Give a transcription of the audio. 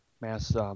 mass